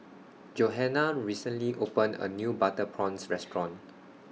Johannah recently opened A New Butter Prawns Restaurant